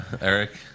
Eric